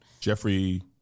Jeffrey